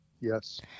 Yes